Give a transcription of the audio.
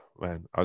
man